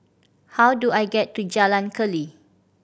how do I get to Jalan Keli